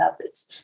others